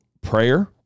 prayer